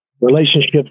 relationships